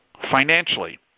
financially